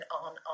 on